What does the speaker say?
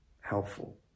helpful